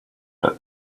but